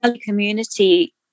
community